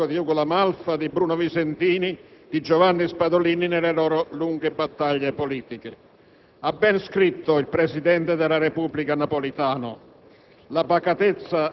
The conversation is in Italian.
fu sempre al fianco di Ugo La Malfa, di Bruno Visentini e di Giovanni Spadolini nelle loro lunghe battaglie politiche. Ha ben scritto il presidente della Repubblica Napolitano: